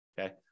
Okay